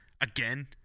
again